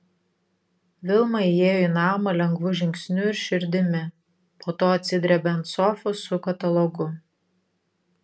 vilma įėjo į namą lengvu žingsniu ir širdimi po to atsidrėbė ant sofos su katalogu